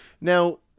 Now